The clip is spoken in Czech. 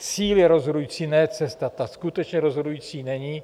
Cíl je rozhodující, ne cesta, ta skutečně rozhodující není.